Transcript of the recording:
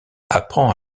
apprend